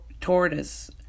tortoise